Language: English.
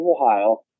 Ohio